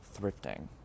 thrifting